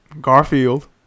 Garfield